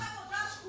זו הנחת עבודה שגויה,